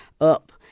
up